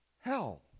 hell